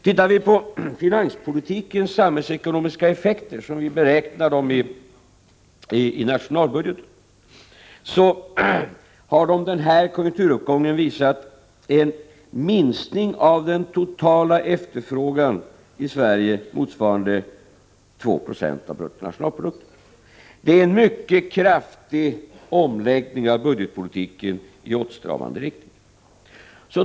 Tittar man på finanspolitikens samhällsekonomiska effekter, som vi beräknar dem i nationalbudgeten, ser man under den här konjunkturuppgången en minskning av den totala efterfrågan i Sverige motsvarande 2 90 av BNP. Det är en mycket kraftig omläggning av budgetpolitiken i åtstramande riktning.